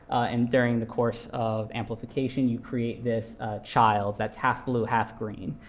and during the course of amplification, you create this child that's half-blue, half-green.